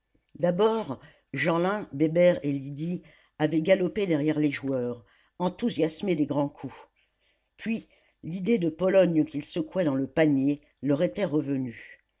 d'abord jeanlin bébert et lydie avaient galopé derrière les joueurs enthousiasmés des grands coups puis l'idée de pologne qu'ils secouaient dans le panier leur était revenue